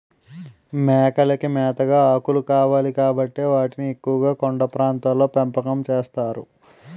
మేకలకి మేతగా ఆకులు కావాలి కాబట్టి వాటిని ఎక్కువుగా కొండ ప్రాంతాల్లో పెంపకం చేస్తారు